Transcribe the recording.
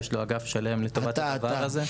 יש לו אגף שלם לטובת הדבר הזה.